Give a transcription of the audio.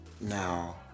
Now